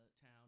town